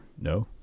no